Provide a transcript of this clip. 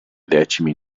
decimi